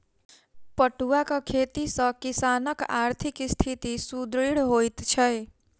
पटुआक खेती सॅ किसानकआर्थिक स्थिति सुदृढ़ होइत छै